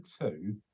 two